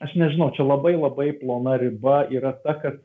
aš nežinau čia labai labai plona riba yra ta kad